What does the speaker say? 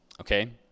okay